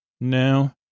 No